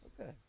Okay